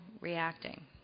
reacting